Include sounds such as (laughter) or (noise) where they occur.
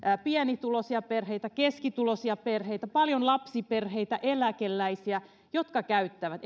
pienituloisia perheitä keskituloisia perheitä paljon lapsiperheitä eläkeläisiä jotka käyttävät (unintelligible)